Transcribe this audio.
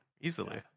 easily